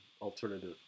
alternative